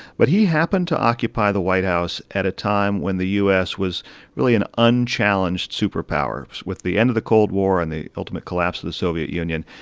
but he happened to occupy the white house at a time when the u s. was really an unchallenged superpower. with the end of the cold war and the ultimate collapse of the soviet union,